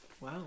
Wow